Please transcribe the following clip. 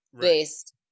based